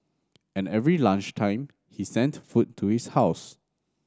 and every lunch time he sent food to his house